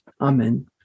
Amen